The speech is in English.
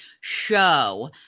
show